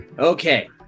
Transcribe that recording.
Okay